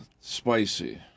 spicy